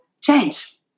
change